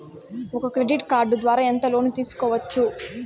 ఒక credit card ద్వారా ఎంత లోను తీసుకోవచ్చు?